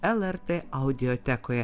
lrt audiotekoje